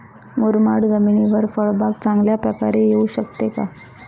मुरमाड जमिनीवर फळबाग चांगल्या प्रकारे येऊ शकते का?